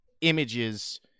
images